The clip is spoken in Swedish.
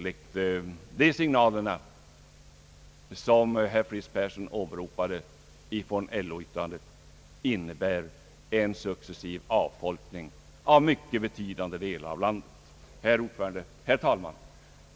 De signaler som herr Fritz Persson åberopade från LO-vyttrandet innebär en successiv avfolkning av mycket betydande delar av landet. Herr talman!